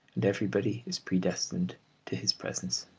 and everybody is predestined to his presence.